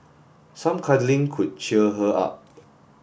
some cuddling could cheer her up